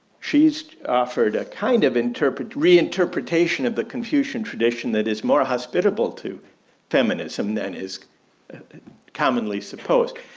she so offered a kind of interpret reinterpretation of the confucian tradition that is more hospitable to feminism, then is commonly support.